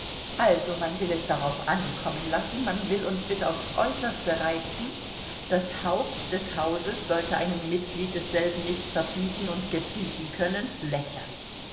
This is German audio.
also man will es darauf ankommen lassen man will uns bis aufs äußerste reizen das haupt des hauses sollte einem mitglied desselben nichts verbieten und gebieten können lächerlich